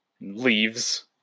leaves